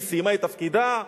היא סיימה את תפקידה,